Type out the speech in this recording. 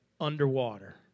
underwater